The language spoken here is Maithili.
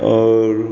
आओर